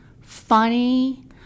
funny